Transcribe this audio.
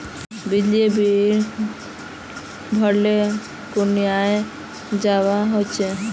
बिजली बिल भरले कुनियाँ जवा होचे?